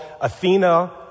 Athena